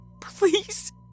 please